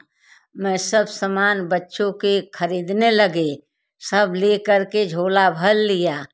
मैं सब सामान बच्चों के खरीदने लगे सब लेकर के झोला भर लिया